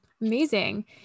Amazing